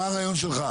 מה רעיון שלך?